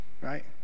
right